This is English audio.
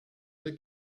they